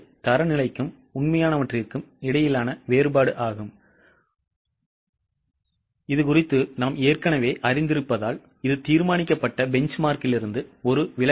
தரநிலைக்கும் உண்மையானதுக்கும் இடையிலான வேறுபாடு மாறுபாடு என நாம் அறிந்திருப்பதால் இது தீர்மானிக்கப்பட்ட பெஞ்ச்மார்க்கிலிருந்து ஒரு விலகல்